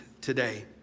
today